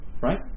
Right